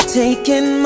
taking